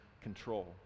control